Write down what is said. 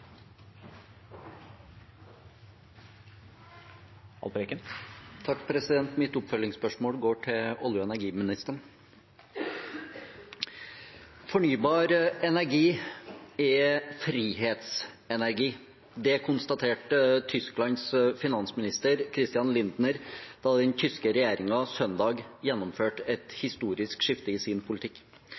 Mitt oppfølgingsspørsmål går til olje- og energiministeren. Fornybar energi er frihetsenergi. Det konstaterte Tysklands finansminister Christian Lindner da den tyske regjeringen på søndag gjennomførte et historisk skifte i sin politikk.